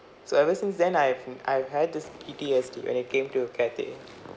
so ever since then I've I've had this P_T_S_D when it came to cathay